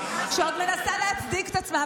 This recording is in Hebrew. שעוד מנסה להצדיק את עצמה.